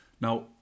Now